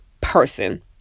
person